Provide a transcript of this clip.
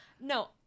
No